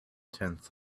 tenth